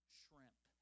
shrimp